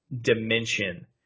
dimension